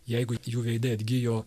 jeigu jų veidai atgijo